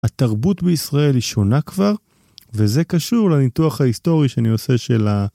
התרבות בישראל היא שונה כבר וזה קשור לניתוח ההיסטורי שאני עושה של...ה...